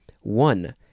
one